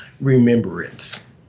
remembrance